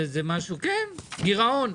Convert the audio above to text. כן, גירעון.